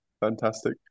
Fantastic